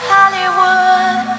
Hollywood